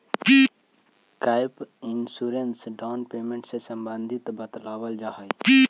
gap insurance down payment से संबंधित बतावल जाऽ हई